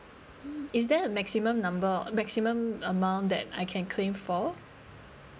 mm is there a maximum number maximum amount that I can claim for